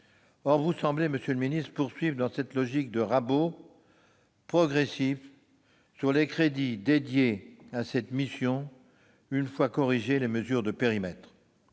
Or vous semblez, monsieur le ministre, poursuivre dans cette logique de rabot progressif sur les crédits dédiés à cette mission, une fois corrigées les mesures de périmètre.